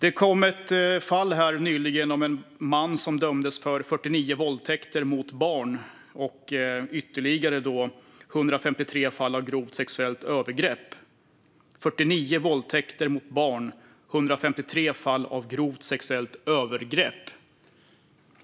Nyligen dömdes en man för 49 våldtäkter mot barn och 153 fall av grovt sexuellt övergrepp.